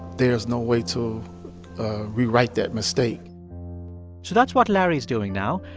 there's no way to rewrite that mistake so that's what larry is doing now,